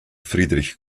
friedrich